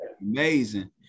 amazing